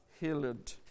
healed